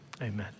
amen